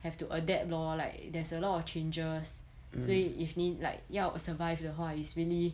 have to adapt lor like there's a lot of changes 所以 if 你 like 要 survive 的话 is really